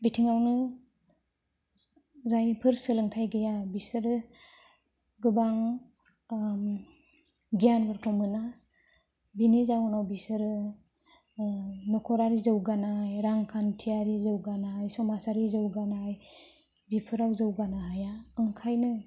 बिथिङावनो जायफोर सोलोंथाइ गैया बिसोरो गोबां गियानफोरखौ मोना बिनि जाउनाव बिसोरो न'खरारि जौगानाय रांखान्थियारि जौगानाय समाजारि जौगानाय बेफोराव जौगानो हाया ओंखायनो